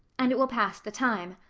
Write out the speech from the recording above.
and it will pass the time.